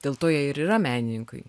dėl to jie ir yra menininkai